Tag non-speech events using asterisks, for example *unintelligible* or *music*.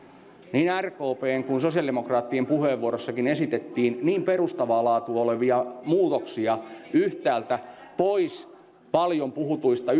niin rkpn kuin sosiaalidemokraattienkin puheenvuoroissa esitettiin perustavaa laatua olevia muutoksia yhtäältä pois paljon puhutuista *unintelligible*